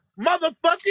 motherfucking